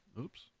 Oops